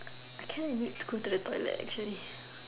I kinda need to go to the toilet actually